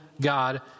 God